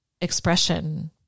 expression